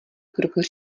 krok